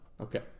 Okay